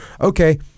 Okay